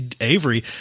Avery